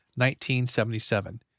1977